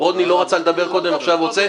ברודני לא רצה לדבר קודם, עכשיו הוא רוצה.